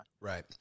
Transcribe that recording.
Right